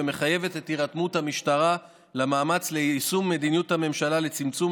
ומחייבת את הירתמות המשטרה למאמץ ליישום מדיניות הממשלה לצמצום